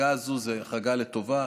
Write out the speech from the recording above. ההחרגה הזאת היא החרגה לטובה.